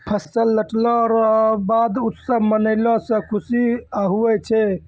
फसल लटला रो बाद उत्सव मनैलो से खुशी हुवै छै